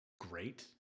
great